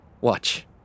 Watch